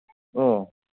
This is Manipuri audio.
ꯑꯣ